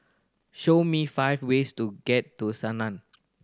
show me five ways to get to